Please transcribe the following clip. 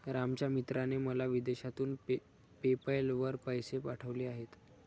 रामच्या मित्राने मला विदेशातून पेपैल वर पैसे पाठवले आहेत